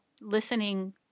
listening